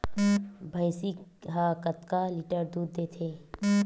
भंइसी हा कतका लीटर दूध देथे?